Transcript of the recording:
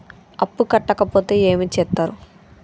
అప్పు కట్టకపోతే ఏమి చేత్తరు?